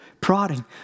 prodding